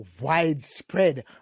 widespread